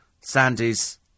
Sandy's